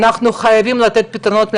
אנחנו חייבים לתת פתרונות לאנשים,